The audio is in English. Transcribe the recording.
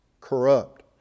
corrupt